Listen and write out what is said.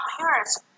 parents